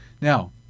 Now